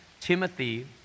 Timothy